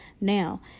Now